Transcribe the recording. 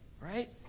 right